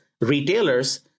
retailers